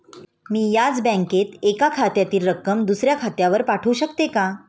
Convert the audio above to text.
मी याच बँकेत एका खात्यातील रक्कम दुसऱ्या खात्यावर पाठवू शकते का?